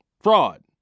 Fraud